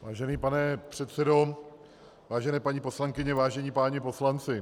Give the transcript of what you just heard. Vážený pane předsedo, vážené paní poslankyně, vážení páni poslanci.